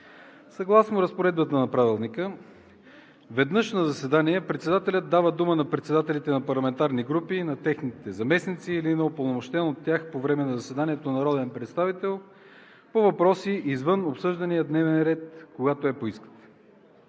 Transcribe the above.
Съгласно разпоредбата на Правилника веднъж на заседание председателят дава думата на председателите на парламентарни групи, на техните заместници или на упълномощен от тях по време на заседанието народен представител по въпроси извън обсъждания дневен ред, когато я поискат.